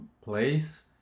place